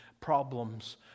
problems